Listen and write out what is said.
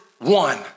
one